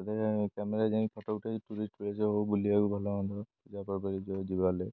ସେତେବେଳେ କ୍ୟାମେରା ଯାଇକି ଫଟୋ ଉଠେଇ ଟୁରିଷ୍ଟ ପ୍ଲେସ୍ ହଉ ବୁଲିବାକୁ ଭଲ ହୁଏ ପୂଜାପର୍ବରେ ଯିବାର ହେଲେ